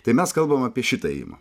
tai mes kalbam apie šitą ėjimą